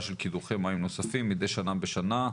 של קידוחי מים נוספים מדי שנה בשנה,